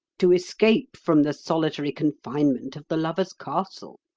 to escape from the solitary confinement of the lover's castle.